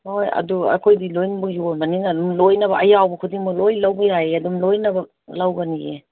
ꯍꯣꯏ ꯑꯗꯨ ꯑꯩꯈꯣꯏꯗꯤ ꯂꯣꯏꯅꯃꯛ ꯌꯣꯟꯕꯅꯤꯅ ꯂꯣꯏꯅꯃꯛ ꯑꯌꯥꯎꯕ ꯈꯨꯗꯤꯡꯃꯛ ꯂꯣꯏꯅ ꯂꯧꯕ ꯌꯥꯏꯌꯦ ꯑꯗꯨꯝ ꯂꯣꯏꯅꯃꯛ ꯂꯧꯒꯅꯤꯌꯦ